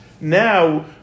now